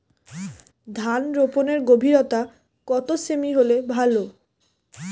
ধান রোপনের গভীরতা কত সেমি হলে ভালো?